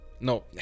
No